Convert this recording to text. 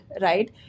right